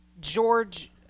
George